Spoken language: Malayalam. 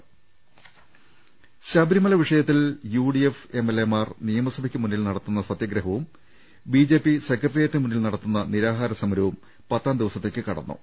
് ശബരിമല വിഷയത്തിൽ യുഡിഎഫ് എംഎൽഎമാർ നിയമസ ഭയ്ക്കുമുന്നിൽ നടത്തുന്ന സത്യഗ്രഹവും ബിജെപി സെക്രട്ടേറിയറ്റിന് മുന്നിൽ നടത്തുന്ന നിരാഹാര സമരവും പത്താം ദിവസത്തിലേക്ക് കടന്നു